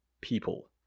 people